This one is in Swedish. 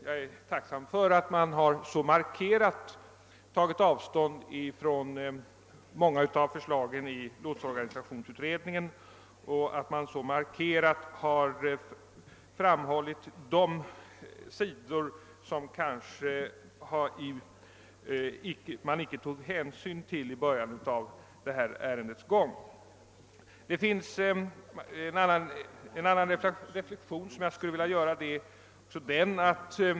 Jag är tacksam för att utskottet så markerat tagit avstånd från många av förslagen i lotsorganisationsutredningens betänkande och pekat på de sidor som man kanske icke tog hänsyn till i början av ärendets gång. Det är också en annan reflexion som jag gör i detta sammanhang.